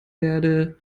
werde